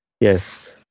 Yes